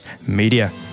media